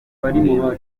guhinduka